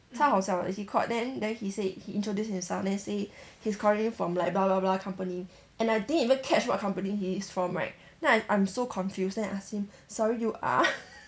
超好笑的 he called then then he said he introduced himself then he said he's calling from like blah blah blah company and I didn't even catch what company he is from right then I'm I'm so confused then I asked him sorry you are